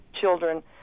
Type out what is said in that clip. children